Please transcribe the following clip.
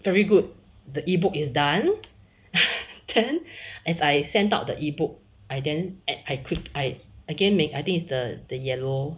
very good the ebook is done then as I sent out the ebook I then at I quick~ I again may I think it's the the yellow